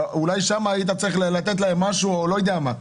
אולי שמה היית צריך לתת להם משהו או לא יודע מה.